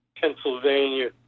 Pennsylvania